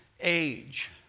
age